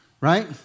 right